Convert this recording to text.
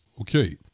okay